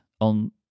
on